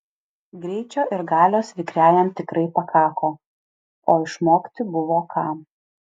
greičio ir galios vikriajam tikrai pakako o išmokti buvo ką